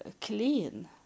clean